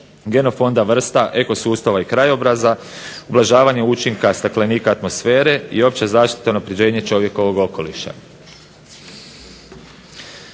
genofonda vrsta ekosustava i krajobraza, ublažavanje učinka staklenika atmosfere i opća zaštita unapređenje čovjekovog okoliša.